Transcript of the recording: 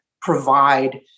provide